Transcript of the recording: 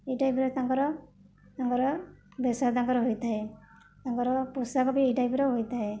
ଏଇ ଟାଇପ ର ତାଙ୍କର ତାଙ୍କର ବେସ ତାଙ୍କର ହୋଇଥାଏ ତାଙ୍କର ପୋଷାକ ବି ଏଇ ଟାଇପ ର ହୋଇଥାଏ